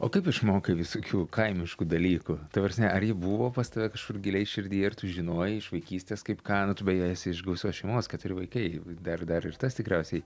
o kaip išmokai visokių kaimiškų dalykų ta prasme ar jie buvo pas tave kažkur giliai širdyje ir tu žinojai iš vaikystės kaip ką nu tu beje esi iš gausios šeimos keturi vaikai dar dar ir tas tikriausiai